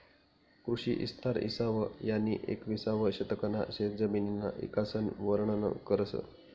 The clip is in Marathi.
कृषी इस्तार इसावं आनी येकविसावं शतकना शेतजमिनना इकासन वरनन करस